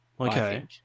Okay